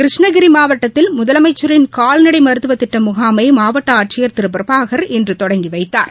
கிருஷ்ணகிரி மாவட்டத்தில் முதலமைச்சரின் கால்நடை மருத்துவ திட்ட முகாமை மாவட்ட ஆட்சியர் திரு பிரபாகர் இன்று தொடங்கி வைத்தார்